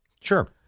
Sure